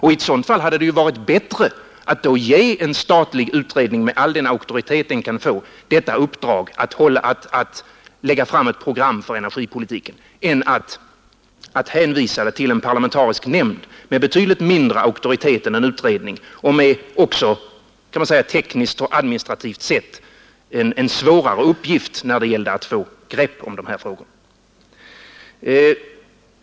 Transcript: I ett sådant fall hade det varit bättre att ge en statlig utredning — med all den auktoritet den kan få — detta uppdrag att lägga fram ett program för energipolitiken än att hänvisa den till en parlamentarisk nämnd med betydligt mindre auktoritet än en utredning och också med, kan man säga, tekniskt och administrativt sett en svårare uppgift när det gäller att få grepp om de här frågorna.